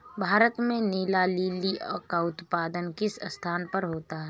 भारत में नीला लिली का उत्पादन किस स्थान पर होता है?